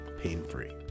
pain-free